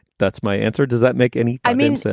that's my answer. does that make any i mean, so